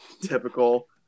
typical